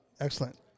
Excellent